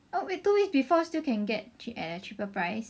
oh wait two week before still can get at a cheaper price